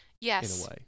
Yes